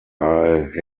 are